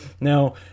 Now